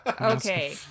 okay